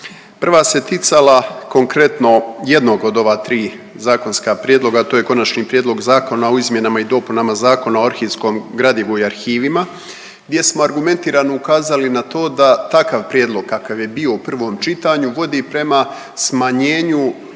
Prva se ticala konkretno jednog od ova tri zakonska prijedloga, a to je Konačan prijedlog Zakona o izmjenama i dopunama Zakona o arhivskom gradivu i arhivima gdje smo argumentirano ukazali na to da takav prijedlog kakav je bio u prvom čitanju vodi prema smanjenju